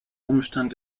umstand